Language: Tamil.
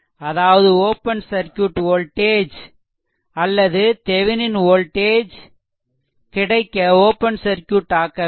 அதாவது ஓப்பன் சர்க்யூட் வோல்டேஜ் அல்லது தெவெனின் வோல்டேஜ் கிடைக்க ஓப்பன் சர்க்யூட் ஆக்க வேண்டும்